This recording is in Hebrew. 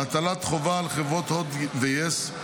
הטלת חובה על חברות הוט ויס,